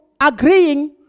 agreeing